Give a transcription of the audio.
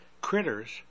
critters